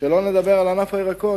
שלא נדבר על ענף הירקות,